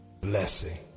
blessing